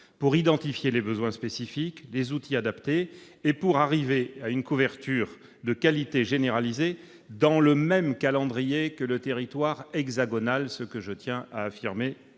pour identifier les besoins spécifiques, déployer des outils adaptés et arriver à une couverture de qualité généralisée selon le même calendrier que pour le territoire hexagonal. Je tiens à l'affirmer